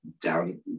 down